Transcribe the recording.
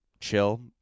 chill